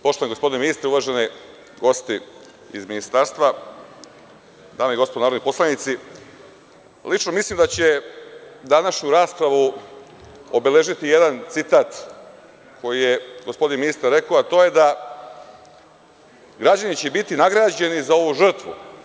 Poštovani gospodine ministre, uvaženi gosti iz ministarstva, dame i gospodo narodni poslanici, lično mislim da će današnju raspravu obeležiti jedan citat koji je gospodin ministar rekao, a to je – građani će biti nagrađeni za ovu žrtvu.